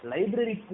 Library